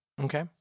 Okay